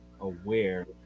aware